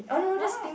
what